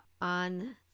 on